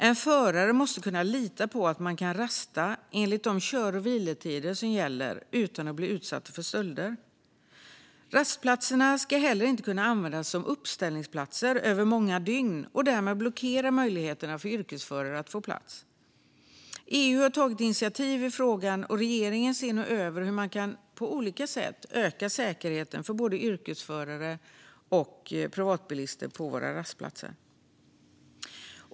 En förare måste kunna lita på att man kan rasta enligt de kör och vilotider som gäller utan att bli utsatt för stölder. Rastplatserna ska heller inte kunna användas som uppställningsplatser över många dygn och därmed blockera möjligheterna för yrkesförare att få plats. EU har tagit initiativ i frågan. Regeringen ser nu över hur man på olika sätt kan öka säkerheten för både yrkesförare och privatbilister på våra rastplatser.